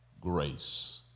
grace